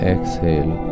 Exhale